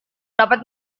dapat